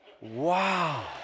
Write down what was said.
wow